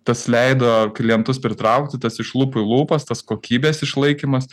tas leido klientus pritraukti tas iš lūpų į lūpas tas kokybės išlaikymas